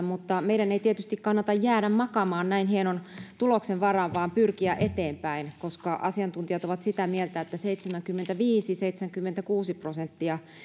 mutta meidän ei tietysti kannata jäädä makaamaan näin hienon tuloksen varaan vaan pyrkiä eteenpäin koska asiantuntijat ovat sitä mieltä että seitsemänkymmentäviisi viiva seitsemänkymmentäkuusi prosenttia